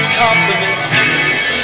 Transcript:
compliments